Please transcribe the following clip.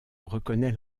reconnaît